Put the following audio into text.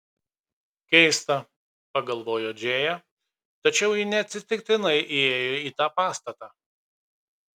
keista pagalvojo džėja tačiau ji neatsitiktinai įėjo į tą pastatą